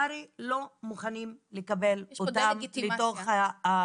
הר"י לא מוכנים לקבל אותם לתוך הצוות.